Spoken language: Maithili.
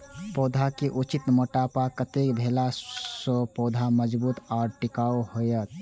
पौधा के उचित मोटापा कतेक भेला सौं पौधा मजबूत आर टिकाऊ हाएत?